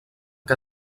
que